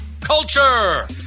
Culture